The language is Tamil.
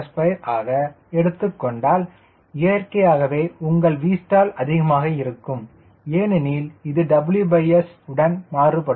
6kgm2ஆக எடுத்துக் கொண்டால் இயற்கையாகவே உங்கள் Vstall அதிகமாக இருக்கும் ஏனெனில் இது WS உடன் மாறுபடும்